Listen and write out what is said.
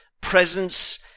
presence